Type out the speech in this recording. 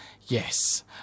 yes